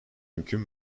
mümkün